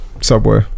Subway